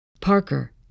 Parker